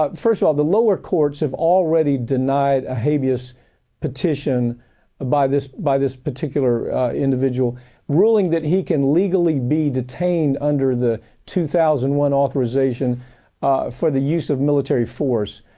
um first of all, the lower courts have already denied a habeas petition by this, by this particular individual ruling that he can legally be detained under the two thousand and one authorization for the use of military force.